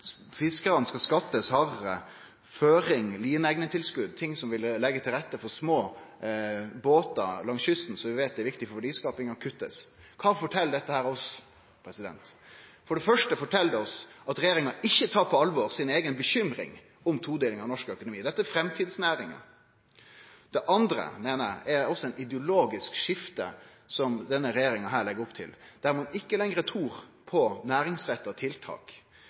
Fiskarane skal skattast hardare, og føringstilskot og lineegnetilskot, ting som ville leggje til rette for små båtar langs kysten, og som vi veit er viktig for verdiskapinga, blir kutta. Kva fortel dette oss? For det første fortel det oss at regjeringa ikkje tar på alvor si eiga bekymring om ei todeling av norsk økonomi. Dette er framtidsnæringar. Det andre, meiner eg, er eit ideologisk skifte som regjeringa her legg opp til, der ein ikkje lenger trur på næringsretta tiltak,